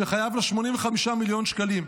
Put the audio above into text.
שחייב לו 85 מיליון שקלים.